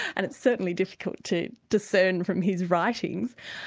and it's certainly difficult to discern from his writings,